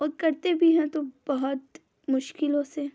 और करते भी हैं तो बहुत मुश्किलों से